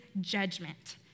judgment